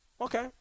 Okay